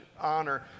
honor